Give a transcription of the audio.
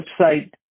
website